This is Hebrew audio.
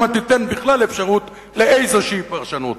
שמא תיתן בכלל אפשרות לאיזו פרשנות,